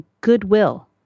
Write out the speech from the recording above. goodwill